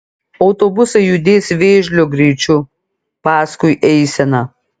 autobusai judės vėžlio greičiu paskui eiseną